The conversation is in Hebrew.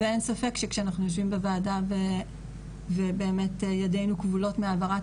ואין ספק שכשאנחנו יושבים בוועדה וידינו כבולות מהעברת